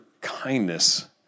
kindness